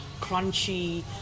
crunchy